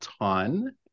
ton